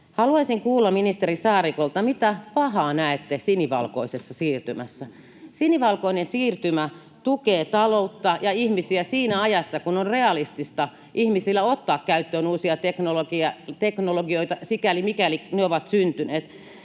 Haluaisin kuulla ministeri Saarikolta, mitä pahaa näette sinivalkoisessa siirtymässä. Sinivalkoinen siirtymä tukee taloutta ja ihmisiä siinä ajassa, kun on realistista ihmisillä ottaa käyttöön uusia teknologioita, sikäli mikäli ne ovat syntyneet.